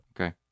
Okay